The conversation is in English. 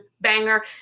banger